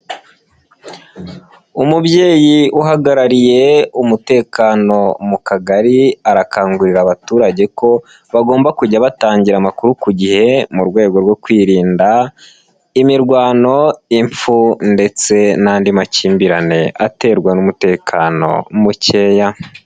Umubyeyi uhagarariye umutekano mu kagari, arakangurira abaturage ko bagomba kujya batangira amakuru ku gihe mu rwego rwo kwirinda imirwano, impfu ndetse n'andi makimbirane aterwa n'umutekano mukeya.